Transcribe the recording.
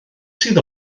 sydd